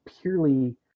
purely